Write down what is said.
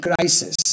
crisis